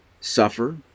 suffer